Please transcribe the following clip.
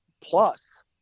plus